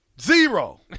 Zero